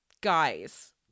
guys